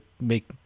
make